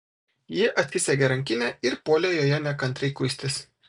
ji atsisegė rankinę ir puolė joje nekantriai kuistis